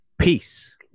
Peace